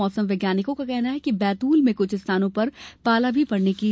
मौसम वैज्ञानिकों का कहना है कि बैतूल में कुछ स्थानों पर पाला भी पड़ने की संभावना हैं